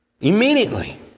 Immediately